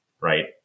right